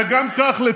וגם כך, לצערי,